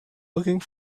looking